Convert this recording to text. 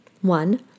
one